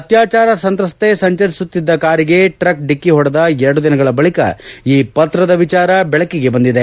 ಅತ್ಯಾಚಾರ ಸಂತ್ರಸ್ತೆ ಸಂಚರಿಸುತ್ತಿದ್ದ ಕಾರಿಗೆ ಟ್ರಕ್ ದಿಕ್ಕಿ ಹೊಡೆದ ಎರಡು ದಿನಗಳ ಬಳಿಕ ಈ ಪತ್ರದ ವಿಚಾರ ಬೆಳಕಿಗೆ ಬಂದಿದೆ